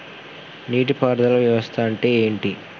నీటి పారుదల వ్యవస్థ అంటే ఏంటి?